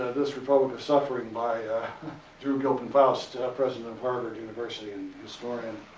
this republic of suffering, by drew gilpin faust, president of harvard university and historian,